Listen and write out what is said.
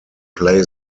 play